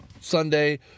Sunday